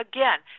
Again